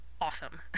awesome